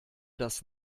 das